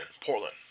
Portland